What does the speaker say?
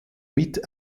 mit